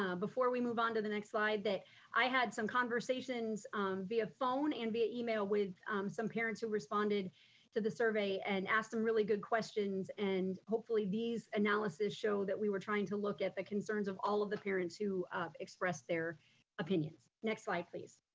ah before we move on to the next slide that i had some conversations via phone and via email with some parents who responded to the survey and asked some really good questions, and hopefully these analysis show that we were trying to look at the concerns of all of the parents who express their opinions. next slide, please.